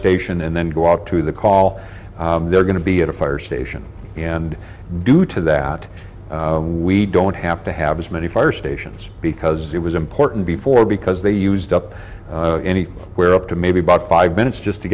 station and then go out to the call they're going to be at a fire station and due to that we don't have to have as many fire stations because it was important before because they used up any where up to maybe about five minutes just to